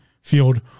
field